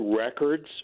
records